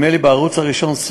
נדמה לי בערוץ הראשון,